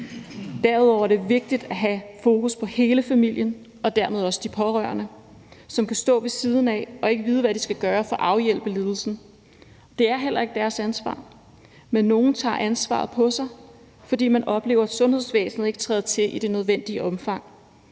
Derudover er det vigtigt at have fokus på hele familien og dermed også de pårørende, som kan stå ved siden af og ikke vide, hvad de skal gøre for afhjælpe lidelsen. Det er heller ikke deres ansvar, men nogle tager ansvaret på sig, fordi man oplever, at sundhedsvæsenet ikke træder til i det nødvendige omfang,